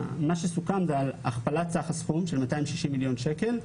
סוכם על הכפלת סך הסכום של 260 מיליון שקל.